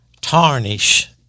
tarnish